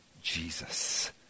Jesus